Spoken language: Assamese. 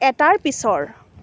এটাৰ পিছৰ